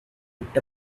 picked